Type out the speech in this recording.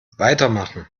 weitermachen